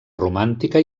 romàntica